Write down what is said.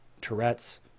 Tourette's